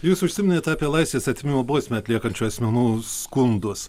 jūs užsiminėt apie laisvės atėmimo bausmę atliekančių asmenų skundus